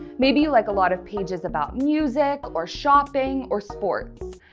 maybe you like a lot of pages about music, or shopping, or sports.